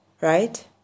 Right